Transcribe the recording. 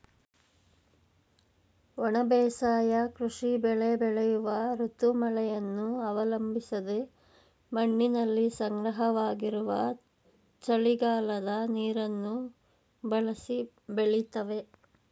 ಒಣ ಬೇಸಾಯ ಕೃಷಿ ಬೆಳೆ ಬೆಳೆಯುವ ಋತು ಮಳೆಯನ್ನು ಅವಲಂಬಿಸದೆ ಮಣ್ಣಿನಲ್ಲಿ ಸಂಗ್ರಹವಾಗಿರುವ ಚಳಿಗಾಲದ ನೀರನ್ನು ಬಳಸಿ ಬೆಳಿತವೆ